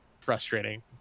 frustrating